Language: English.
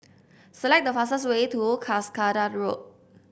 select the fastest way to Cuscaden Road